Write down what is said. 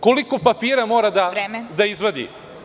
Koliko papira mora da izvadi?